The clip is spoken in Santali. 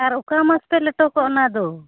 ᱟᱨ ᱚᱠᱟ ᱢᱟᱥ ᱯᱮ ᱞᱮᱴᱚ ᱠᱚᱣᱟ ᱚᱱᱟ ᱫᱚ